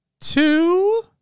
Two